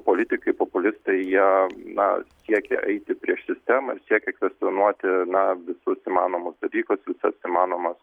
politikai populistai jie na siekia eiti prieš sistemą siekia kvestionuoti na visus įmanomus dalykus visas įmanomas